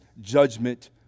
judgment